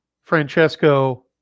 Francesco